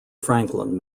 franklin